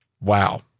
Wow